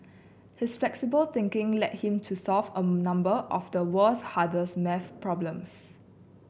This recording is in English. his flexible thinking led him to solve a number of the world's hardest maths problems